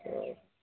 অঁ